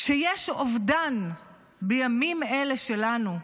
כשיש אובדן בימים אלה שלנו,